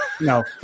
No